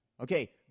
Okay